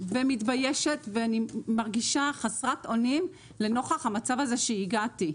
ומתביישת ואני מרגישה חסרת אונים לנוכח המצב הזה שהגעתי.